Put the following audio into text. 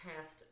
past